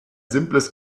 simples